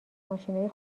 ماشینای